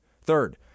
Third